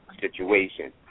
situation